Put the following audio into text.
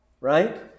right